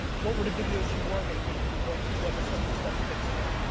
what were the videos you were making and what what are some of the stuff you're mixing in?